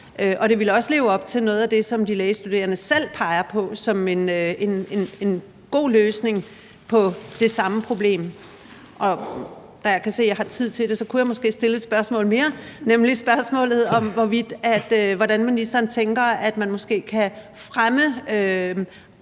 det ville også leve op til noget af det, som de lægestuderende selv peger på som en god løsning på det samme problem. Da jeg kan se, at jeg har tid til det, kunne jeg måske stille et spørgsmål mere, nemlig hvordan ministeren tænker at man måske kan fremme